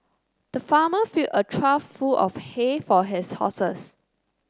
the farmer filled a trough full of hay for his horses